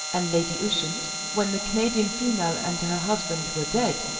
and lady ushant, when the canadian female and her husband were dead,